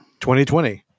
2020